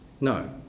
No